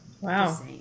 Wow